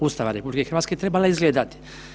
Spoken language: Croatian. Ustava RH trebala izgledati?